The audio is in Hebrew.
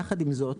יחד עם זאת,